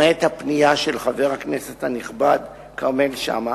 למעט הפנייה של חבר הכנסת הנכבד כרמל שאמה.